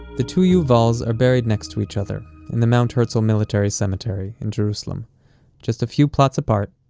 the two yuvals are buried next to each other in the mount herzl military cemetery in jerusalem just a few plots apart,